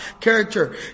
character